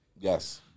Yes